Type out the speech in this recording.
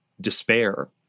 despair